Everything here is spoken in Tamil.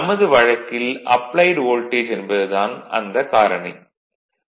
நமது வழக்கில் அப்ளைட் வோல்டேஜ் என்பது தான் காரணி ஆகும்